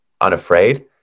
unafraid